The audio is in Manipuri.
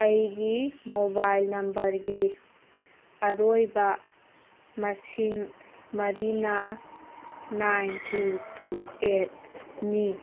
ꯑꯩꯒꯤ ꯃꯣꯕꯥꯏꯜ ꯅꯝꯕꯔꯒꯤ ꯑꯔꯣꯏꯕ ꯃꯁꯤꯡ ꯃꯔꯤꯅ ꯅꯥꯏꯟ ꯇꯨ ꯇꯨ ꯑꯩꯠꯅꯤ